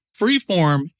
Freeform